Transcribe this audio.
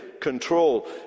control